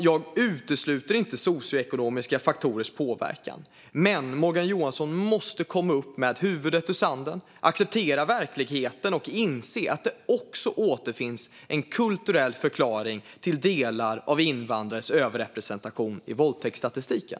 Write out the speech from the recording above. Jag utesluter inte socioekonomiska faktorers påverkan, men Morgan Johansson måste komma upp med huvudet ur sanden, acceptera verkligheten och inse att det också finns en kulturell förklaring till delar av invandrares överrepresentation i våldtäktsstatistiken.